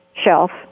shelf